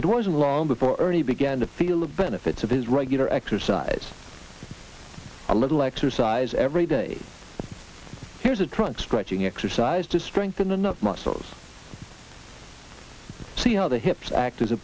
it wasn't long before already began to feel the benefits of his regular exercise a little exercise every day here's a trunk stretching exercises to strengthen the knot muscles see how the hips act as a